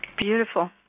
Beautiful